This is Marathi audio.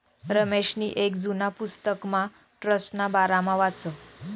रमेशनी येक जुना पुस्तकमा ट्रस्टना बारामा वाचं